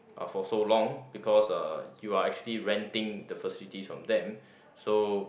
for so long because you are actually renting the facilities from them so